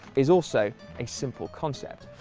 is also a simple concept.